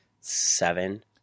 seven